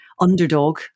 underdog